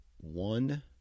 one